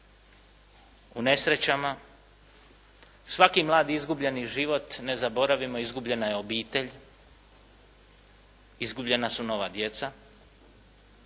u nesrećama. Svaki mladi izgubljeni život ne zaboravimo izgubljena je obitelj, izgubljena su nova djeca.